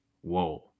whoa